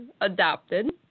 adopted